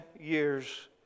years